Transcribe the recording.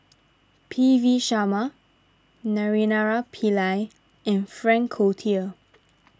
P V Sharma Naraina Pillai and Frank Cloutier